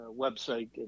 website